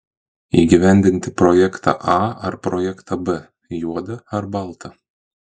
įgyvendinti projektą a ar projektą b juoda ar balta